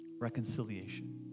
reconciliation